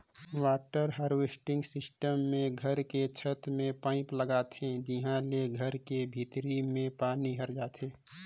water harvesting system मे घर के छत में पाईप लगाथे जिंहा ले घर के भीतरी में पानी हर जाथे